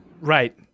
Right